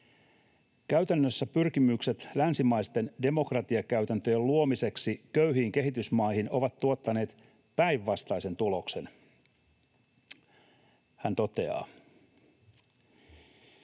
’Käytännössä pyrkimykset länsimaisten demokratiakäytäntöjen luomiseksi köyhiin kehitysmaihin ovat tuottaneet päinvastaisen tuloksen’, hän toteaa.”